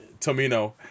Tomino